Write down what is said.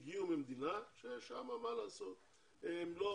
רגע, בגלל שהם הגיעו ממדינה ששם, מה לעשות, הם לא